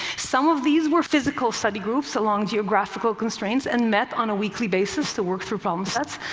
some of these were physical study groups along geographical constraints and met on a weekly basis to work through problem sets.